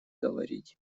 говорить